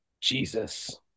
Jesus